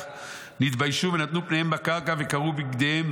נתביישו ונתנו פניהם בקרקע וקרעו בגדיהם,